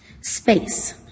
space